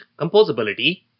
composability